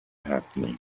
happening